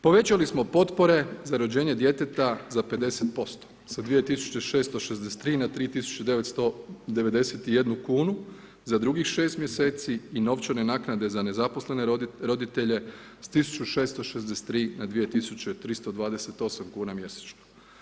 Povećali smo potpore za rođenje djeteta za 50% sa 2663 na 3991 kunu za drugih 6 mjeseci i novčane naknade za nezaposlene roditelje sa 1663 na 2328 kuna mjesečno.